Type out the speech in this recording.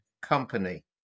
company